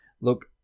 Look